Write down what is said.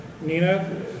Nina